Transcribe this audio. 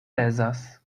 pezas